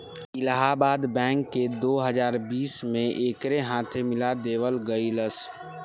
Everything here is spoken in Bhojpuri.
इलाहाबाद बैंक के दो हजार बीस में एकरे साथे मिला देवल गईलस